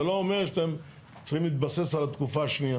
זה לא אומר שאתם צריכים להתבסס על התקופה השנייה.